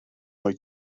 wyt